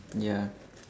ya